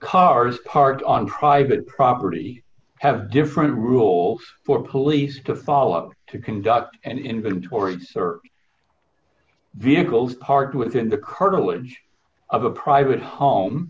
cars parked on private property have different rules for police to follow up to conduct an inventory thirty vehicles parked within the curtilage of a private home